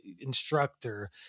instructor